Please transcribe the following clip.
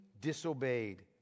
disobeyed